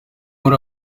muri